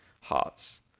hearts